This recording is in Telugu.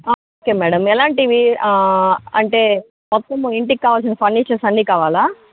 ఓకే మేడం ఎలాంటివి అంటే మొత్తం ఇంటికి కావాల్సిన ఫర్నిచర్ అన్నీ కావాలా